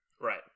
Right